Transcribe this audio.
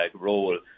role